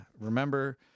remember